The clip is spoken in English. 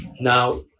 Now